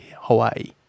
Hawaii